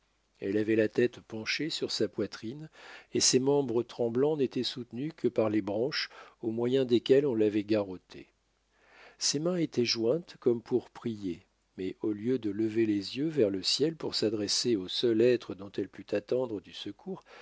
elle avait la tête penchée sur sa poitrine et ses membres tremblants n'étaient soutenus que par les branches au moyen desquelles on l'avait garrottée ses mains étaient jointes comme pour prier mais au lieu de lever les yeux vers le ciel pour s'adresser au seul être dont elle pût attendre du secours